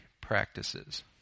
practices